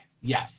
Yes